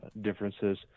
differences